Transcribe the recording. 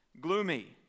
gloomy